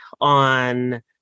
on